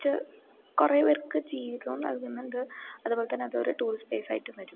വെച്ച് കുറേ പേർക്ക് ജീവിതവും നൽകുന്നുണ്ട് അതേ പോലെ തന്നെ അതൊരു ടൂറിസ്റ്റ് പ്ലേസായിട്ടും വരും